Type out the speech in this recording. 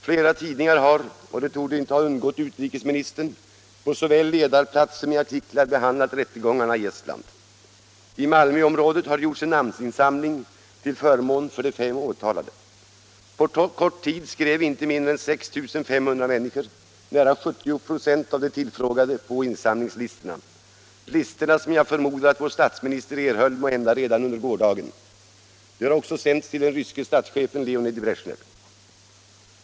Flera tidningar har, och det torde inte ha undgått utrikesministern, såväl på ledarplats som i artiklar behandlat rättegångarna i Estland. I Malmöområdet har gjorts en namninsamling till förmån för de fem åtalade. På kort tid skrev inte mindre än 6 500 människor — nära 70 96 av de tillfrågade — på insamlingslistorna, listor som jag förmodar att vår statsminister erhöll redan under gårdagen. De har också sänts till den ryske statschefen Leonid Bresjnev.